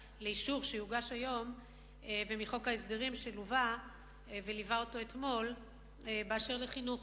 היום לאישור ומחוק ההסדרים שליווה אותו אתמול באשר לחינוך,